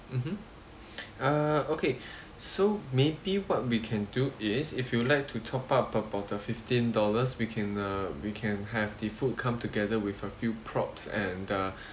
mmhmm err okay so maybe what we can do is if you'll like to top up about uh fifteen dollars we can uh we can have the food come together with a few props and uh